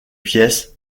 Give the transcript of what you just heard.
pièces